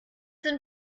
sind